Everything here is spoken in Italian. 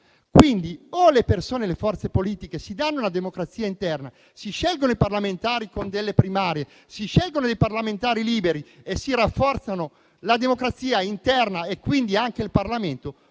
e basta. Pertanto, o le forze politiche si danno una democrazia interna, si scelgono i parlamentari con delle primarie, si scelgono dei parlamentari liberi e rafforzano la democrazia interna e quindi anche il Parlamento,